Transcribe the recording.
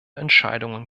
entscheidungen